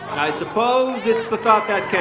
i suppose it's the thought that